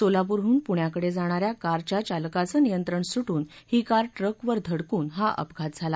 सोलापूरहून पुण्याकडे जाणाऱ्या कारच्या चालकाचं नियंत्रण सुटून ही कार ट्रकवर धडकून हा अपघात झाला